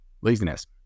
laziness